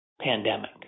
pandemic